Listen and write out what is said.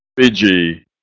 Fiji